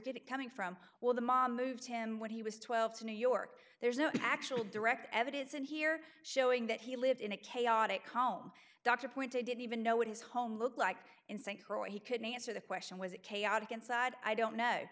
getting coming from well the mom moved him when he was twelve to new york there's no actual direct evidence in here showing that he lived in a chaotic home dr pointed didn't even know what his home looked like in st croix he could not answer the question was it chaotic inside i don't know